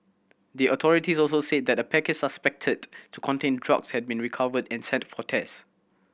the authorities also said that a package suspected to contain drugs had been recovered and sent for test